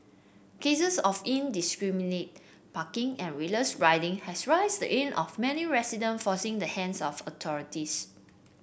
cases of indiscriminate parking and reckless riding have raised the ire of many resident forcing the hands of authorities